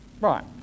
right